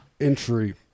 entry